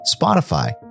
Spotify